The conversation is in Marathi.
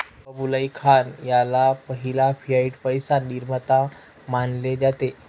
कुबलाई खान ह्याला पहिला फियाट पैसा निर्माता मानले जाते